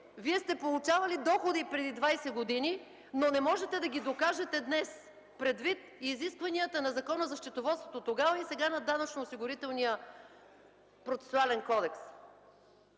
Вие сте получавали доходи преди 20 години, но не можете да ги докажете днес, предвид изискванията на Закона за счетоводството тогава и сега – на Данъчно-осигурителния процесуален кодекс?